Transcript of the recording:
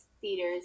theaters